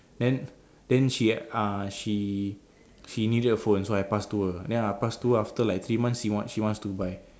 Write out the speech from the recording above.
then then she uh she she needed a phone so I pass to her then I pass to her after like three months she want she wants to buy